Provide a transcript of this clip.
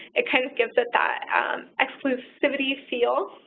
it kind of gives it that exclusivity feel.